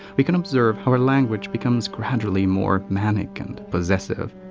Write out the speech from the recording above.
we can observe how her language becomes gradually more manic and possessive,